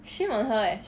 shame on her eh